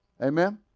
Amen